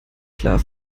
klar